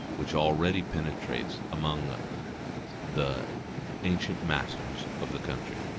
which already penetrates amongst the ancient masters of the country,